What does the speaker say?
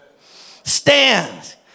Stands